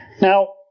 Now